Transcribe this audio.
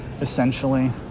essentially